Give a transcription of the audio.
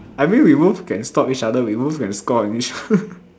I mean we both can stop each other we both can score with each other